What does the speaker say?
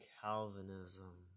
Calvinism